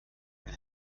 wenn